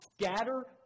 Scatter